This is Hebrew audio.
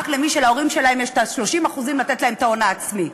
רק למי שלהורים שלהם יש ה-30% לתת להם כהון העצמי,